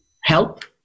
help